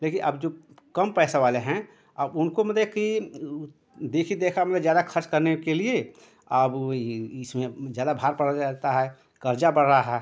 लेकिन अब जो कम पैसा वाले हैं आप उनको मेले की देखी देखा में ज़्यादा खर्च करने के लिए अब इसमें ज़्यादा भार पड़ रहता है क़र्ज़ा बढ़ रहा है